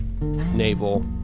naval